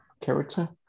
character